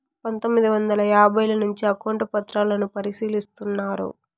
పందొమ్మిది వందల యాభైల నుంచే అకౌంట్ పత్రాలను పరిశీలిస్తున్నారు